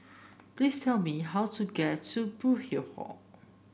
please tell me how to get to Burkill Hall